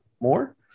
more